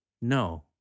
No